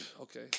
okay